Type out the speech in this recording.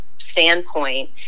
standpoint